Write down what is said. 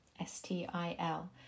S-T-I-L